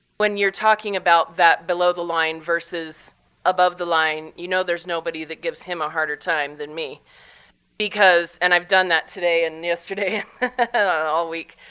when you're talking about that below the line versus above the line, you know there's nobody that gives him a harder time than me because and i've done that today, today, and yesterday, and all week.